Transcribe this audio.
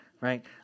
right